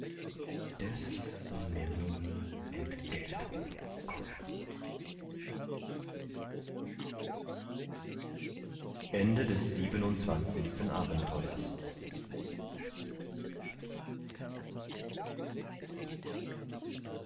des soll mir nun entgeltung kommen achtundzwanzigstes abenteuer